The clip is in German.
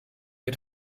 wir